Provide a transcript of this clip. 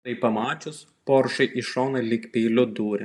tai pamačius poršai į šoną lyg peiliu dūrė